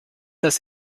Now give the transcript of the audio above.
das